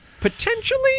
potentially